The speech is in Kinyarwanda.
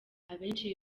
abenshi